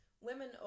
women